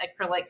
acrylics